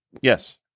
Yes